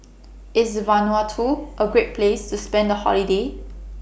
IS Vanuatu A Great Place to spend The Holiday